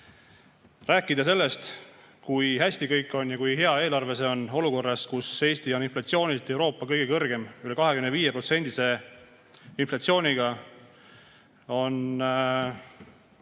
Rääkida sellest, kui hästi kõik on, kui hea eelarve see on, olukorras, kus Eesti on Euroopa kõige kõrgema, üle 25%-lise inflatsiooniga, on